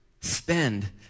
spend